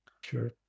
sure